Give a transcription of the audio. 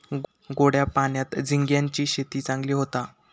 गोड्या पाण्यात झिंग्यांची शेती चांगली होता